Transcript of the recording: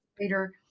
later